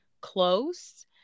close